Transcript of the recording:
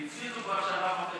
כי הפסידו כבר שנה וחצי.